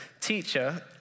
Teacher